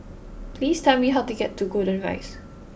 please tell me how to get to Golden Rise